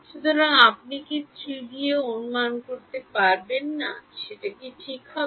সুতরাং আপনি কি 3D এ অনুমান করতে পারবেন কি হবে